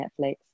Netflix